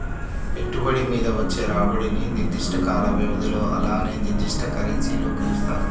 పెట్టుబడి మీద వచ్చే రాబడిని నిర్దిష్ట కాల వ్యవధిలో అలానే నిర్దిష్ట కరెన్సీలో కొలుత్తారు